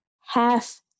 Half